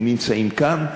הם נמצאים כאן.